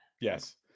Yes